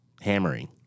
hammering